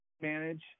manage